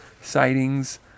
sightings